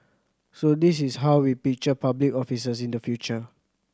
so this is how we picture public officers in the future